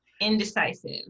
indecisive